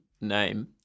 name